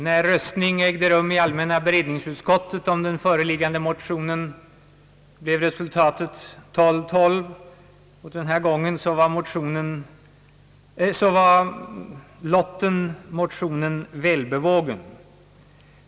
När röstning ägde rum i allmänna beredningsutskottet om de föreliggande motionerna blev resultatet 12—12, men denna gång var lotten motionerna välbevågen.